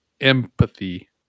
empathy